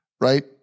Right